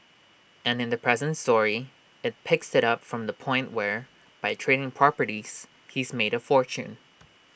and in the present story IT picks IT up from the point where by trading properties he's made A fortune